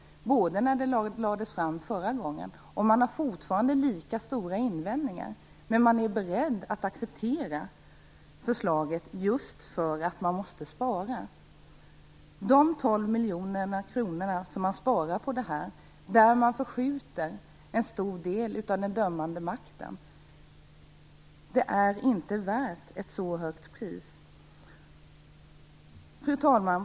Det gjorde man när det lades fram förra gången, och man har fortfarande lika stora invändningar, men man är beredd att acceptera förslaget just för att man måste spara. 12 miljoner kronor sparar man på det här, men man förskjuter en stor del av den dömande makten. Den besparingen är inte värd ett så högt pris. Fru talman!